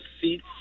seats